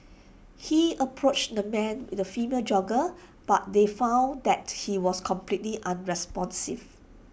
he approached the man with A female jogger but they found that he was completely unresponsive